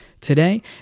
today